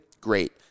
Great